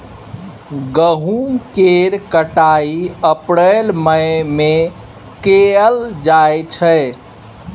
गहुम केर कटाई अप्रील मई में कएल जाइ छै